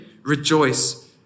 Rejoice